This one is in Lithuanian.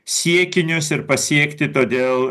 siekinius ir pasiekti todėl